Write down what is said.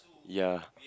ya